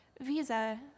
visa